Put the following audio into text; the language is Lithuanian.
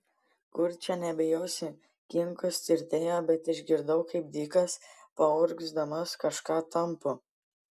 kur čia nebijosi kinkos tirtėjo bet išgirdau kaip dikas paurgzdamas kažką tampo